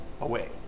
away